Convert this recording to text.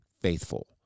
faithful